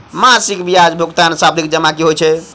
मासिक ब्याज भुगतान सावधि जमा की होइ है?